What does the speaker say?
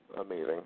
Amazing